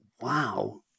wow